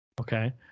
Okay